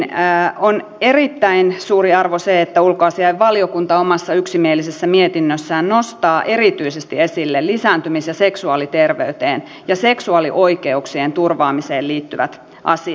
niin on erittäin suuri arvo se että ulkoasiainvaliokunta omassa yksimielisessä mietinnössään nostaa erityisesti esille lisääntymis ja seksuaaliterveyteen ja seksuaalioikeuksien turvaamiseen liittyvät asiat